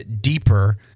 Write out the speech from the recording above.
deeper